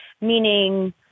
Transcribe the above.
meaning